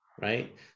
right